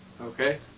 Okay